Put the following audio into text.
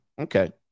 Okay